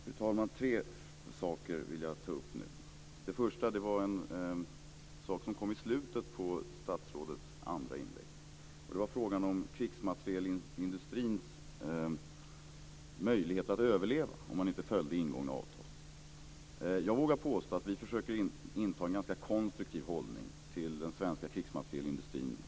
Fru talman! Det är tre saker som jag vill ta upp. Det första är en fråga i slutet på statsrådets andra inlägg, nämligen om krigsmaterielindustrins möjlighet att överleva om man inte följer ingångna avtal. Jag vågar påstå att vi försöker inta en ganska konstruktiv hållning till den svenska krigsmaterielindustrin.